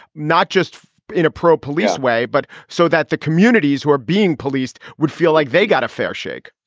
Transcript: not just in a pro police way, but so that the communities who are being policed would feel like they got a fair shake?